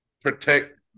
protect